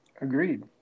Agreed